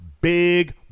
big